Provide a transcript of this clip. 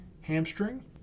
hamstring